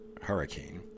Hurricane